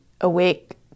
awake